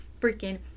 freaking